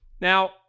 Now